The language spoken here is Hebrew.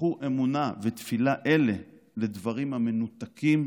הפכו אמונה ותפילה אלה לדברים המנותקים